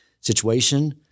situation